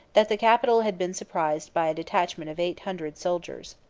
that the capital had been surprised by a detachment of eight hundred soldiers.